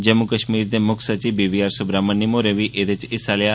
जम्मू कष्मीर दे मुक्ख सचिव बी वी आर सुब्रामण्यम होरें बी एह्दे च हिस्सा लेआ